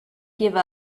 give